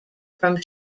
from